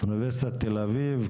אוניברסיטת תל אביב,